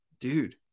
dude